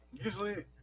Usually